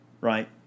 right